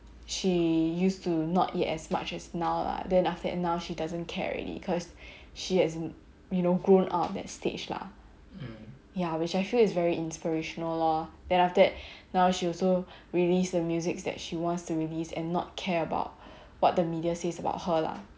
she used to not yet as much as now lah then after that and now she doesn't care already cause she has you know grown out that stage lah ya which I feel is very inspirational lor then after that now she also released the music that she wants to release and not care about what the media says about her lah